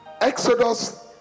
Exodus